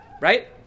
right